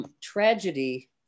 Tragedy